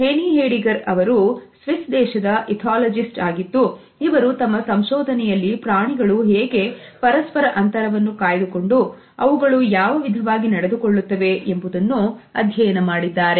Heini Hedigerರವರು Swiss ದೇಶದ ethologist ಆಗಿದ್ದು ಇವರು ತಮ್ಮ ಸಂಶೋಧನೆಯಲ್ಲಿ ಪ್ರಾಣಿಗಳು ಹೇಗೆ ಪರಸ್ಪರ ಅಂತರವನ್ನು ಕಾಯ್ದುಕೊಂಡು ಅವುಗಳು ಯಾವ ವಿಧವಾಗಿ ನಡೆದುಕೊಳ್ಳುತ್ತವೆ ಎಂಬುದನ್ನು ಅಧ್ಯಯನ ಮಾಡಿದ್ದಾರೆ